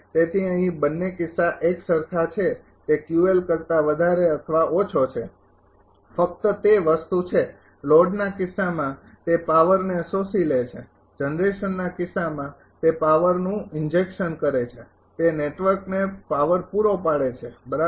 તેથી અહીં બંને કિસ્સા એકસરખા છે તે કરતાં વધારે અથવા ઓછો છે ફક્ત તે વસ્તુ છે લોડના કિસ્સામાં તે પાવરને શોષી લે છે જનરેશનના કિસ્સામાં તે પાવરનું ઇન્જેકશન કરે છે તે નેટવર્કને પાવર પૂરો પાડે છે બરાબર